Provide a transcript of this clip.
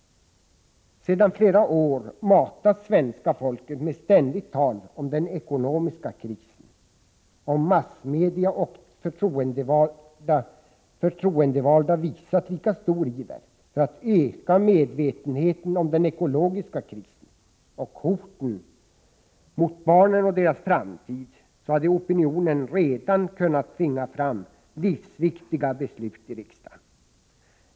Sedan flera år matas svenska folket med ständigt tal om ”den ekonomiska krisen”. Om massmedia och förtroendevalda visat lika stor iver för att öka medvetenheten om den ekologiska krisen och hoten mot barnen och deras framtid, så hade opinionen redan kunnat tvinga fram livsviktiga beslut i riksdagen.